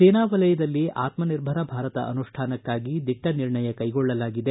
ಸೇನಾ ವಲಯದಲ್ಲಿ ಆತ್ಮನಿರ್ಭರ ಭಾರತ ಅನುಷ್ಠಾನಕ್ಕಾಗಿ ದಿಟ್ಟ ನಿರ್ಣಯ ಕೈಗೊಳ್ಳಲಾಗಿದೆ